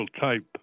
type